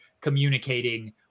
communicating